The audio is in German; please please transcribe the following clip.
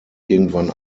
irgendwann